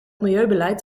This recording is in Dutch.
milieubeleid